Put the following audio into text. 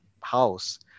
house